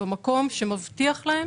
במקום שמבטיח להם